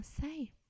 safe